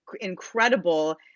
incredible